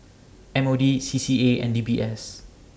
M O D C C A and D B S